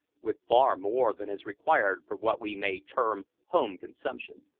with far more than is required for what we may term home-consumption.